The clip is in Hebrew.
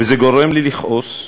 וזה גורם לי לכעוס,